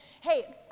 hey